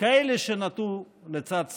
כאלה שנטו לצד שמאל,